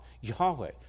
Yahweh